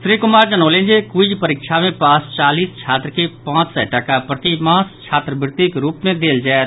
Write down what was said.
श्री कुमार जनौलनि जे क्वीज परीक्षा मे पास चालीस छात्र के पांच सय टाका प्रति मास छात्रवृतिक रूप मे देल जायत